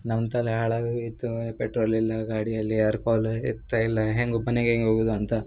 ನಮ್ಮ ತಲೆ ಹಾಳಾಗಿ ಹೋಗಿತ್ತು ಪೆಟ್ರೋಲ್ ಇಲ್ಲ ಗಾಡಿಯಲ್ಲಿ ಯಾರೂ ಕಾಲ್ ಎತ್ತಾ ಇಲ್ಲ ಹೇಗೊ ಮನೆಗೆ ಹೆಂಗ್ ಹೋಗುವುದು ಅಂತ